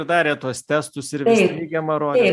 darė tuos testus ir vis teigiamą rodė